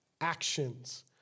actions